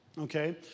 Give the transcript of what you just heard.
okay